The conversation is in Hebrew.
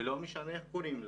ולא משנה איך קוראים להם,